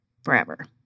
forever